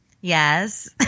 Yes